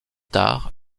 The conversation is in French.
tard